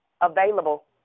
available